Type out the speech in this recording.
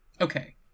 Okay